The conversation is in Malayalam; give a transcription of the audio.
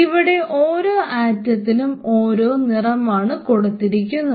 ഇവിടെ ഓരോ ആറ്റത്തിനും ഓരോ നിറമാണ് കൊടുത്തിരിക്കുന്നത്